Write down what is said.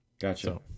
gotcha